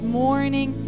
morning